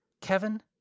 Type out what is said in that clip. Kevin